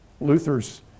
luther's